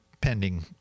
pending